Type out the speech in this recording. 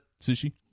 Sushi